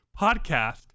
podcast